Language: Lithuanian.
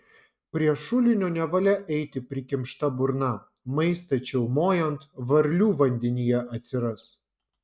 prie šulinio nevalia eiti prikimšta burna maistą čiaumojant varlių vandenyje atsiras